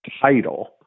title